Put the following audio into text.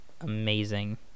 amazing